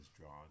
drawn